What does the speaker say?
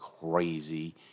crazy